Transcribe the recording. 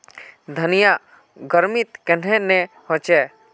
धनिया गर्मित कन्हे ने होचे?